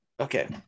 Okay